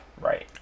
Right